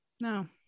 No